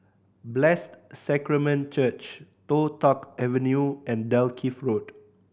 Blessed Sacrament Church Toh Tuck Avenue and Dalkeith Road